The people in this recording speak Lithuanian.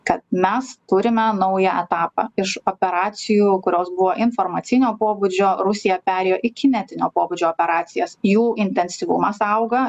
kad mes turime naują etapą iš operacijų kurios buvo informacinio pobūdžio rusija perėjo į kinetinio pobūdžio operacijos jų intensyvumas auga